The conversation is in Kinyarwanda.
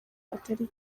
atari